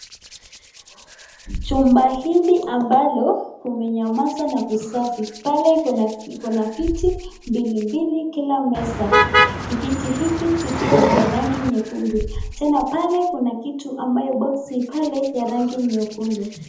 Chumba hili ambalo kumenyamaza na kusafi pale iko na viti mbili mbili kila meza viti hivi vikiwa vya rangi nyekundu. Tena pale kuna kitu ambayo boksi pale ya rangi nyekundu.